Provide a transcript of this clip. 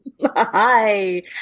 Hi